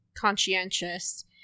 conscientious